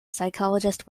psychologist